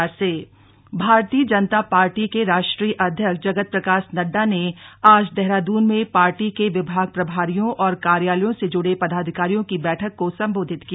नड्डा बैठक भारतीय जनता पार्टी के राष्ट्रीय अध्यक्ष जगत प्रसाद नड्डा ने आज देहरादून में पार्टी के विभाग प्रभारियों और कार्यालयों से जुड़े पदाधिकारियों की बैठक को सम्बोधित किया